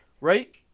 Right